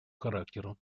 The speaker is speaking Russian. характеру